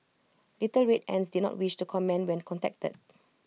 little red ants did not wish to comment when contacted